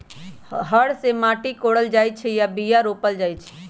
हर से माटि कोरल जाइ छै आऽ बीया रोप्ल जाइ छै